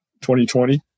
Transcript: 2020